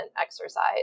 exercise